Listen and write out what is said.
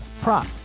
prop